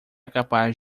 capaz